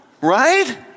Right